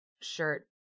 shirt